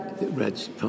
Reds